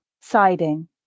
siding